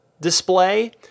display